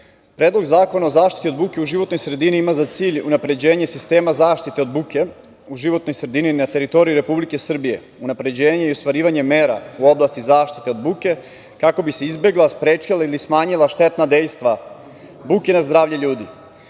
Predlog zakona o zaštiti od buke u životnoj sredini ima za cilj unapređenje sistema zaštite od buke u životnoj sredini na teritoriji Republike Srbije. Unapređenje i ostvarivanje mera u oblasti zaštite od buke kako bi se izbegla, sprečila ili smanjila štetna dejstva buke za zdravlje ljudi. Dok